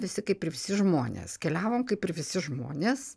visi kaip ir visi žmonės keliavom kaip ir visi žmonės